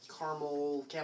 caramel